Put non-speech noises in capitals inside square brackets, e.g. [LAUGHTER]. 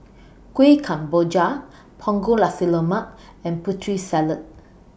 [NOISE] Kuih Kemboja Punggol Nasi Lemak and Putri Salad